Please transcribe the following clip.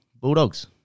Bulldogs